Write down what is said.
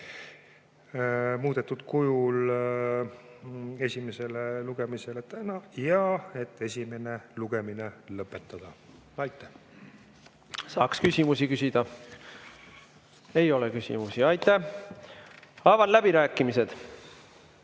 muudetud kujul esimesele lugemisele täna ja esimene lugemine lõpetada. Aitäh! Saaks küsimusi küsida. Ei ole küsimusi. Aitäh! Avan läbirääkimised.